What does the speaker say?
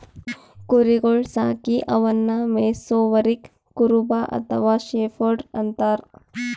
ಕುರಿಗೊಳ್ ಸಾಕಿ ಅವನ್ನಾ ಮೆಯ್ಸವರಿಗ್ ಕುರುಬ ಅಥವಾ ಶೆಫರ್ಡ್ ಅಂತಾರ್